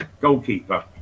goalkeeper